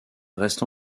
reste